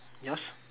yours